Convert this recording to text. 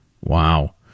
Wow